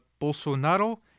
Bolsonaro